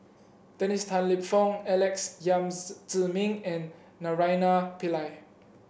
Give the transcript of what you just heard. Dennis Tan Lip Fong Alex Yam Ziming and Naraina Pillai